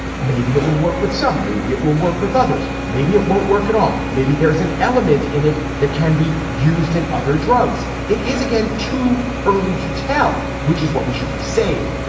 maybe it will work with some, maybe it will work with others. maybe it won't work at all. maybe there is an element in it that can be used in other drugs. it is again too early to tell, which is what we should be saying.